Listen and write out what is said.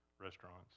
restaurants